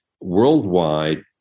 worldwide